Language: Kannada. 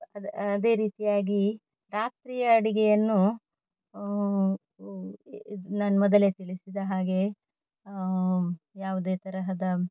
ಅದು ಅದೇ ರೀತಿಯಾಗಿ ರಾತ್ರಿಯ ಅಡುಗೆಯನ್ನು ಇದು ನಾನು ಮೊದಲೇ ತಿಳಿಸಿದ ಹಾಗೆ ಯಾವುದೇ ತರಹದ